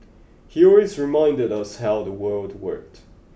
he always reminded us how the world worked